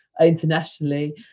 internationally